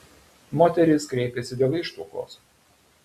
moteris kreipėsi dėl ištuokos